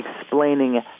explaining